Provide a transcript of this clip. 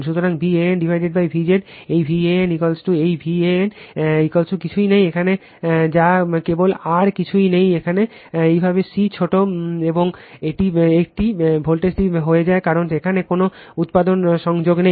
সুতরাং V AN V Z এই V AN এই V AN কিছুই নেই এখানে যা কেবল r কিছুই নেই সেখানে একইভাবে C ছোট এবং এটি একটি এই ভোল্টেজটি হয়ে যায় কারণ এখানে কোনো উপাদান সংযুক্ত নেই